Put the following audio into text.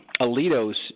Alito's